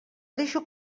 deixo